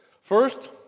First